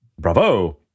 Bravo